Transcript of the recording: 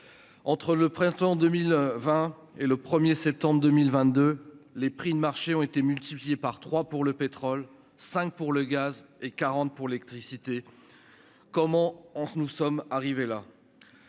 entre le printemps 2020 et le 1er septembre 2022, les prix de marché ont été multipliés par 3, pour le pétrole, 5 pour le gaz et 40 pour l'électricité, comment on s'nous sommes arrivés là,